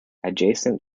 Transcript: adjacent